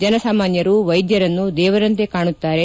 ಜನಸಾಮಾನ್ಯರು ವೈದ್ಯರನ್ನು ದೇವರಂತೆ ಕಾಣುತ್ತಾರೆ